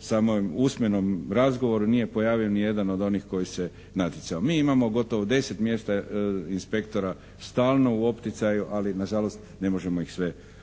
samom usmenom razgovoru nije pojavio ni jedan od onih koji se natjecao. Mi imamo gotovo 10 mjesta inspektora stalno u opticaju, ali nažalost ne možemo ih sve popuniti.